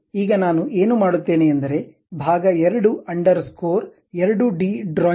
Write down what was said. ಈಗ ನಾನು ಏನು ಮಾಡುತ್ತೇನೆ ಎಂದರೆ ಭಾಗ 2 ಅಂಡರ್ ಸ್ಕೋರ್ 2 ಡಿ ಡ್ರಾಯಿಂಗ್